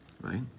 Right